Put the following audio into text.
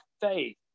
faith